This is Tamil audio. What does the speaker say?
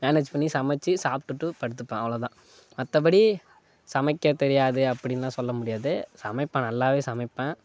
மேனேஜ் பண்ணி சமைத்து சாப்பிட்டுட்டு படுத்துப்பேன் அவ்ளவு தான் மத்தபடி சமைக்க தெரியாது அப்படின்னுலாம் சொல்ல முடியாது சமைப்பேன் நல்லா சமைப்பேன்